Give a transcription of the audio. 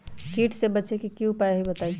कीट से बचे के की उपाय हैं बताई?